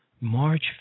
March